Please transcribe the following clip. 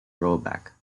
rollback